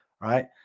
Right